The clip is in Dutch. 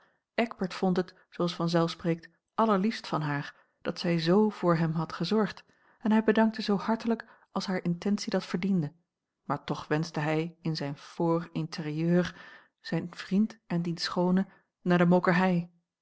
eckbert vond het zooals vanzelf spreekt allerliefst van haar dat zij z voor hem had gezorgd en hij bedankte zoo hartelijk als haar intentie dat verdiende maar toch wenschte hij in zijn fort intérieur zijn vriend en diens schoone naar de